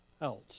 else